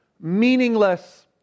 Meaningless